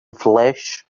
flesh